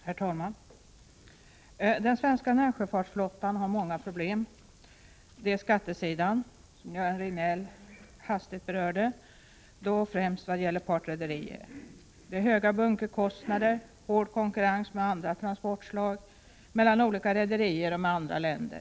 Herr talman! Den svenska närsjöfartsflottan har många problem. Det gäller skattesidan, som Göran Riegnell hastigt berörde, främst i vad avser partrederier. Man har höga bunkerkostnader, hård konkurrens med andra transportslag, mellan olika rederier och med andra länder.